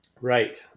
Right